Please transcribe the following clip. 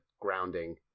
grounding